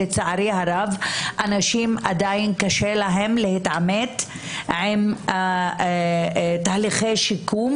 לצערי הרב לאנשים עדיין קשה להתעמת עם תהליכי שיקום,